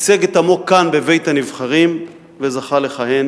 ייצג את עמו כאן, בבית-הנבחרים, וזכה לכהן